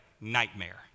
nightmare